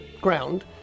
ground